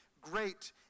great